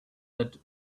that